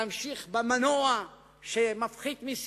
חברי וחברותי חברי הכנסת, אמרתי את זה לפני כמה